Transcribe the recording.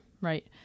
right